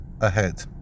ahead